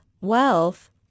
wealth